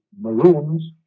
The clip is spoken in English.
maroons